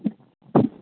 جی